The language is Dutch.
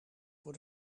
voor